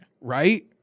right